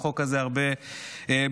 החוק הזה הרבה בזכותך.